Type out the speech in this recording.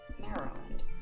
Maryland